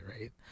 right